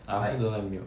I also don't like milk